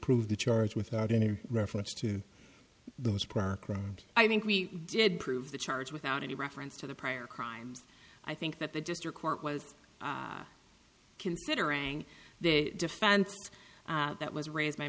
prove the charge without any reference to those paragraphs and i think we did prove the charge without any reference to the prior crimes i think that the district court was considering the defense that was raised by